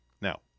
Now